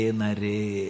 nare